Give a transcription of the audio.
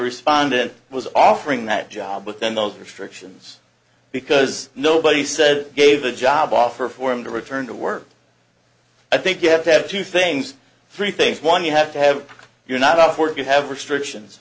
respondent was offering that job but then those restrictions because nobody said gave the job offer for him to return to work i think you have to have two things three things one you have to have you're not off work you have restrictions